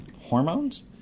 hormones